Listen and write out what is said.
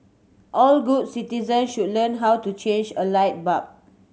all good citizens should learn how to change a light bulb